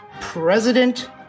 President